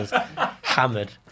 hammered